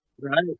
Right